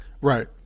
Right